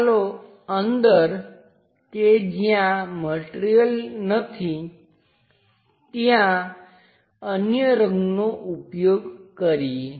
ચાલો અંદર કે જ્યાં મટિરિયલ નથી ત્યાં અન્ય રંગનો ઉપયોગ કરીએ